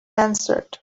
answered